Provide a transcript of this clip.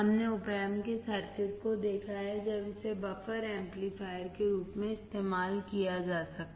हमने op amp के circuit को देखा है जब इसे बफर के रूप में इस्तेमाल किया गया था